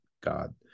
god